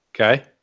Okay